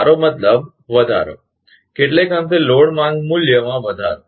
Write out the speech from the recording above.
મારો મતલબ વધારો કેટલેક અંશે લોડ માંગ મૂલ્યમાં વધારો